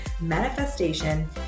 manifestation